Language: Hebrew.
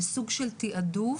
וסוג של תיעדוף,